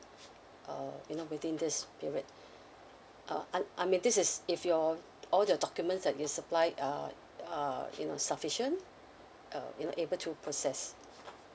uh you know within this period uh un~ I mean this is if your all your documents that you supply are uh you know sufficient uh you know able to process